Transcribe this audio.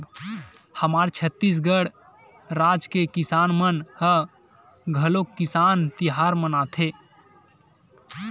हमर छत्तीसगढ़ राज के किसान मन ह घलोक किसान तिहार मनाथे